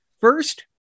First